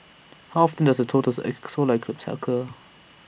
how often does A totals X solar eclipse occur